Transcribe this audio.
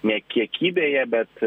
ne kiekybėje bet